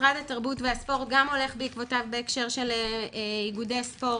משרד התרבות והספורט גם הולך בעקבותיו בהקשר של איגודי הספורט.